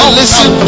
listen